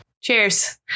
Cheers